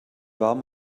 warm